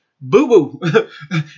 boo-boo